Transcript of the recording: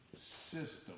system